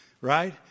right